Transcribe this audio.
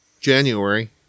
January